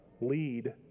lead